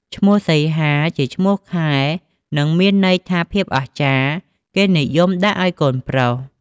ឈ្មោះសីហា ជាឈ្មោះខែ និងមានន័យថាភាពអស្ចារ្យ គេនិយមដាក់ឲ្យកូនប្រុស។